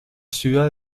ciudad